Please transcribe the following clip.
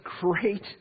great